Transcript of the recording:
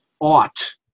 ought